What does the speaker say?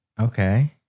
Okay